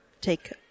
take